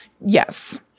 yes